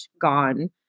gone